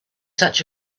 such